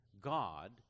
God